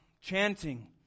chanting